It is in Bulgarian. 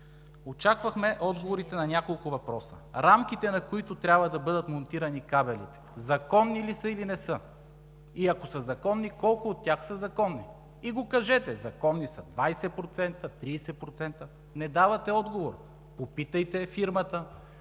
очаквахме отговорите на няколко въпроса: рамките, на които трябва да бъдат монтирани кабелите, законни ли са, или не са и ако са законни, колко от тях са законни? И го кажете – законни са 20%, 30%. Не давате отговор. Попитайте фирмата,